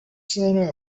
sent